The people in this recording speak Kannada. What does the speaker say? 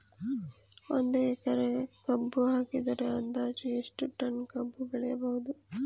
ಒಂದು ಎಕರೆ ಕಬ್ಬು ಹಾಕಿದರೆ ಅಂದಾಜು ಎಷ್ಟು ಟನ್ ಕಬ್ಬು ಬೆಳೆಯಬಹುದು?